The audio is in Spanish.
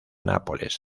nápoles